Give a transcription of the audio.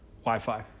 Wi-Fi